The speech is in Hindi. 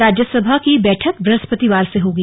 राज्यसभा की बैठक ब्रहस्पतिवार से होगी